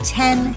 ten